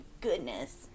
goodness